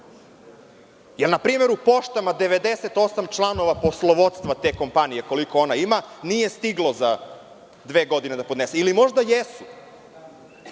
je npr. u Pošti 98 članova poslovodstva te kompanije, koliko ona ima, nije stiglo za dve godine da podnese ili možda jesu?